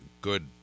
good